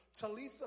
Talitha